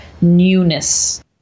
newness